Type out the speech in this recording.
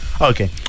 Okay